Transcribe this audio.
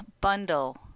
bundle